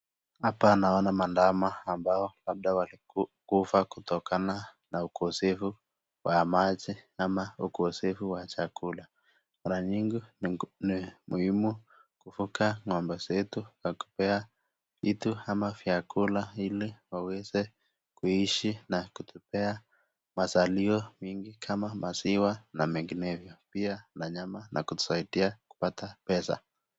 Hapa naona mandama ambao labda walikufa kutokana na ukosefu wa maji ama ukosefu wa chakula. Mara nyingi ni muhimu kuvuka ng'ombe zetu kwa kuipea vitu ama vyakula ili waweze kuishi na kutupea mazalio mingi kama maziwa na menginevyo pia na nyama na kutusaidia kupata pesa.